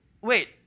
wait